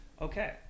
Okay